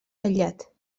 aïllat